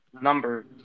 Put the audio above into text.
number